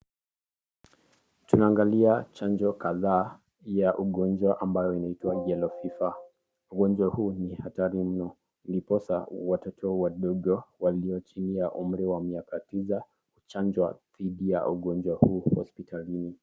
Tunaangalia chanjo kadhaa ya ugonjwa ambayo inaitwa yellow fever ,ugonjwa huu ni hatari mno, ndiposa watoto wadogo mno walio chini ya umri wa miaka tisa huchanjwa dhidi ya ugonjwa huu hospitalini.